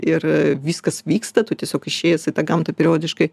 ir viskas vyksta tu tiesiog išėjęs į tą gamtą periodiškai